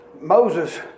Moses